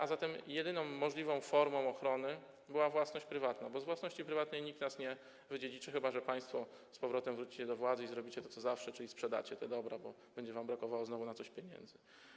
A zatem jedyną możliwą formą ochrony była własność prywatna, bo z własności prywatnej nikt nas nie wydziedziczy, chyba że państwo z powrotem wrócicie do władzy i zrobicie to, co zawsze, czyli sprzedacie te dobra, bo będzie wam brakowało znowu na coś pieniędzy.